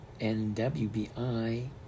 NWBI